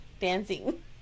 dancing